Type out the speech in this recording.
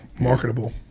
Marketable